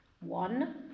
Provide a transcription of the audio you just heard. One